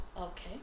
okay